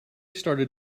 started